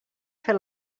fer